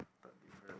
third difference